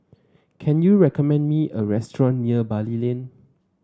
can you recommend me a restaurant near Bali Lane